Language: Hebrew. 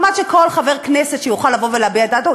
הוא מעמד של כל חבר כנסת שיכול לבוא ולהביע את דעתו,